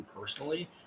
personally